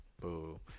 Boo